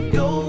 go